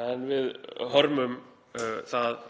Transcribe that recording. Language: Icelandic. en við hörmum að